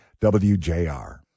WJR